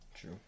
True